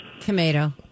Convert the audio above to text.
Tomato